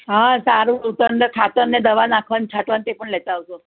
હા સારું તો અંદર ખાતરને દવા નાખવાનું છાંટવાનું તે પણ લેતા આવજો